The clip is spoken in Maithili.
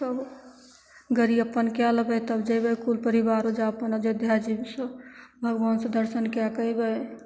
आओर गाड़ी अपन कए लेबय तब जेबय कुल परिवार ओइजाँ अपन अयोध्या जीसँ भगवान से दर्शन कएके अबय